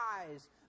eyes